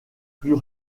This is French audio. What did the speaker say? plus